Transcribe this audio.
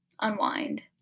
unwind